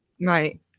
Right